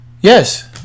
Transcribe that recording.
Yes